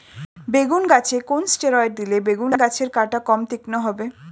বেগুন গাছে কোন ষ্টেরয়েড দিলে বেগু গাছের কাঁটা কম তীক্ষ্ন হবে?